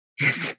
yes